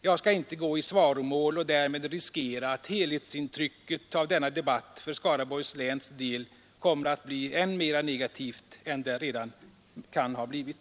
Jag skall inte bemöta herr Signells attack och därmed riskera att helhetsintrycket av denna debatt för Skaraborgs läns del kommer att bli än mera negativt än det redan kan ha blivit.